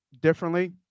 differently